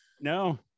No